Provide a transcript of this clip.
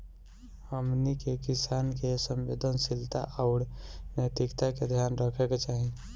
हमनी के किसान के संवेदनशीलता आउर नैतिकता के ध्यान रखे के चाही